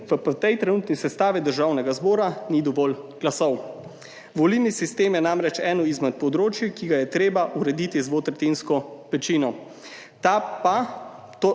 v tej trenutni sestavi Državnega zbora ni dovolj glasov. Volilni sistem je namreč eno izmed področij, ki ga je treba urediti z dvotretjinsko večino. Ta pa,